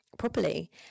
Properly